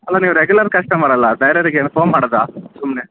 ಅಲ್ಲ ನೀವು regular customer ಅಲ್ವಾ ಬೇರೆಯವರಿಗೆ ಏನು ಫೋನ್ ಮಾಡೋದಾ ಸುಮ್ಮನೆ